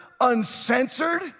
uncensored